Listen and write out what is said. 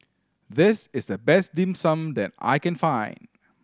this is the best Dim Sum that I can find